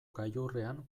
gailurrean